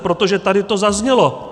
Protože tady to zaznělo.